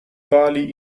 pali